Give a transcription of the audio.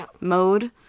mode